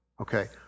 Okay